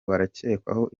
barakekwaho